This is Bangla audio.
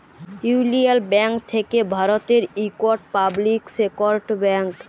ইউলিয়ল ব্যাংক থ্যাকে ভারতের ইকট পাবলিক সেক্টর ব্যাংক